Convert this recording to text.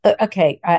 okay